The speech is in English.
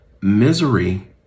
misery